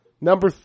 Number